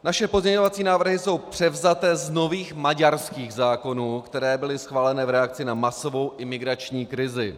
Naše pozměňovací návrhy jsou převzaty z nových maďarských zákonů, které byly schváleny v reakci na masovou imigrační krizi.